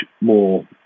more